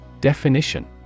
Definition